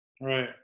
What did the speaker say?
Right